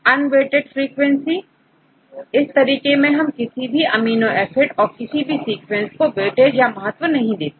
unweighted frequency इस तरीके में हम किसी भी अमीनो एसिड और किसी भी सीक्वेंस को वेटेज या महत्व नहीं देते